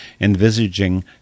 envisaging